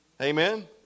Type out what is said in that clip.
Amen